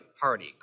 party